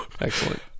excellent